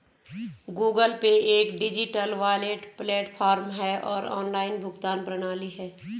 Google Pay एक digital wallet platform और online भुगतान प्रणाली है